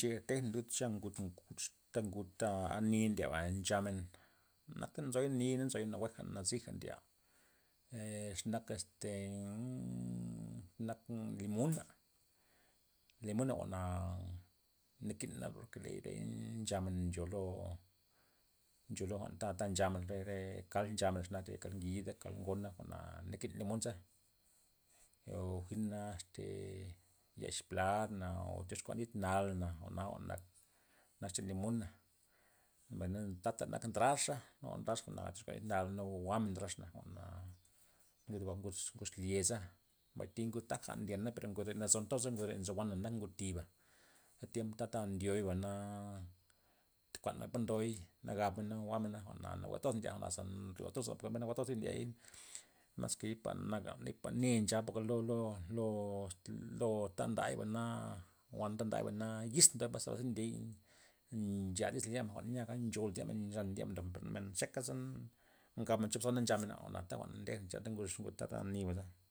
Nche tejna lud xania re ngud ta ngud tani' ndieba' nchamen nakta nzoy ni' nzoy na jwue'ja nazija ndya' xenaka este mmmm- nak limona', limuna jwa'na nakina porke ley nchamen ncholo ncholo jwa'n ta- ta nchamen re- re cald nchamen xenak kald ngida kald ngona jwa'na nakin limunza oo jwi'na este yex plandna oo tyoxkua nit nalna oo jwa'na jwa'n nak chan linuma, mbay tata ntak ndraxa nuga ndrax jwa'na tyoxkua nit nal na jwa'men ndrax na jwa'na ngud ngud xlyeza mbay thi ngud taja ndyena per nazon toza re ngud re nzo wana nak ngud tiba', ze tiempa ta- ta ndioyba na ndekuanmen po ndoy na gabmena jwa'mena jwa'na nawue toz ndye za nryotoz lozoney nawue toztir ndiey, mas lipa naga- ne nchaba porke lo- lo- lo ta ndayba wan ta ndayba yiz ndoy pues ndiey nchada las yamen jwa'na nyaga nchou lad yamen nchan lad yamen ndobmen men xeka gabmen chop zona nchamen jwa'na nat mbeja chan ngud niba'.